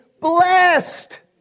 blessed